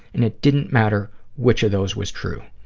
and it didn't matter which of those was true.